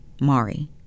Mari